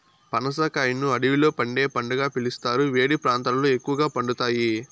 పనస కాయను అడవిలో పండే పండుగా పిలుస్తారు, వేడి ప్రాంతాలలో ఎక్కువగా పండుతాయి